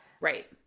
Right